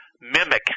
mimic